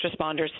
responders